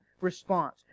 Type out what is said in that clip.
response